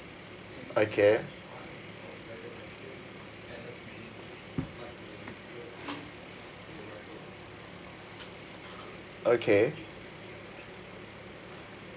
okay okay